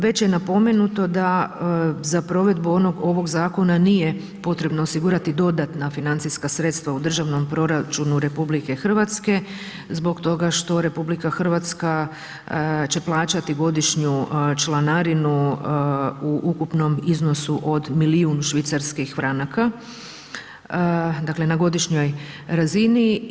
Već je napomenuto da za provedbu ovog zakona nije potrebno osigurati dodatna financijska sredstva u državnom proračunu RH zbog toga što RH će plaćati godišnju članarinu u ukupnom iznosu od milijun švicarskih franaka, dakle na godišnjoj razini.